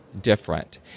different